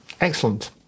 Excellent